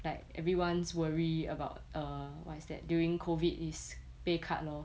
like everyone's worried about err what is that during COVID is pay cut lor